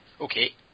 Okay